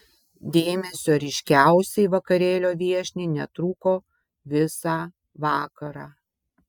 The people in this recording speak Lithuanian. dėmesio ryškiausiai vakarėlio viešniai netrūko visą vakarą